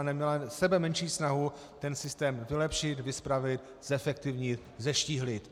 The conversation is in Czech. Neměla sebemenší snahu ten systém vylepšit, vyspravit, zefektivnit, zeštíhlit.